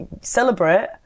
celebrate